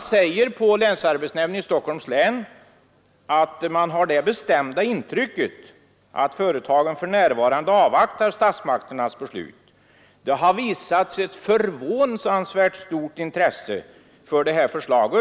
Onsdagen den På länsarbetsnämnden i Stockholms län har man också det bestämda & februari 1974 intrycket att företagen nu avvaktar statsmakternas beslut och att det har —:———— visats ett ”förvånansvärt stort” intresse för det här förslaget.